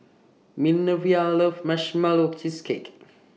Minervia loves Marshmallow Cheesecake